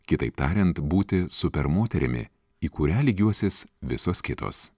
kitaip tariant būti super moterimi į kurią lygiuosis visos kitos